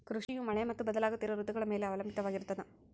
ಕೃಷಿಯು ಮಳೆ ಮತ್ತು ಬದಲಾಗುತ್ತಿರೋ ಋತುಗಳ ಮ್ಯಾಲೆ ಅವಲಂಬಿತವಾಗಿರ್ತದ